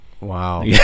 Wow